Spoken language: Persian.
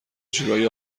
جورایی